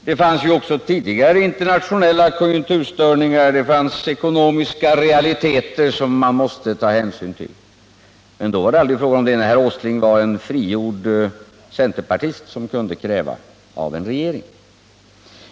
Det fanns ju också tidigare internationella konjunkturstörningar och ekonomiska realiteter som man måste ta hänsyn till. Men det var det aldrig fråga om, då herr Åsling var en frigjord centerpartist som kunde kräva saker och ting av en regering.